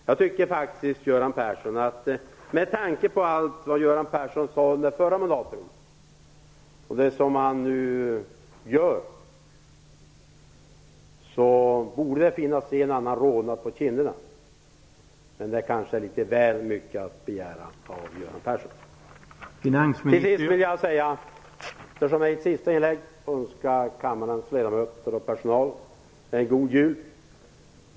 Jag tycker faktiskt, Göran Persson, att det, med tanke på allt Göran Persson sade under den förra mandatperioden och det som han nu gör, borde finnas en annan rodnad på kinderna. Men det kanske är litet väl mycket att begära av Göran Persson. Till sist vill jag önska kammarens ledamöter och personal en god jul.